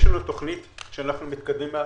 יש לנו תוכנית עבודה שאנחנו מתקדמים בה,